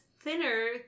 Thinner